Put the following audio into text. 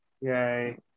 yay